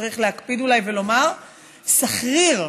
צריך להקפיד אולי ולומר: סחריר.